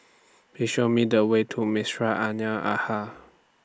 Please Show Me The Way to